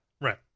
Right